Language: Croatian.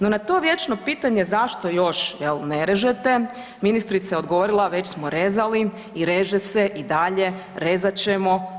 No, na to vječno pitanje zašto još jel ne režete, ministrica je odgovorila, već smo rezali i reže se i dalje, rezat ćemo.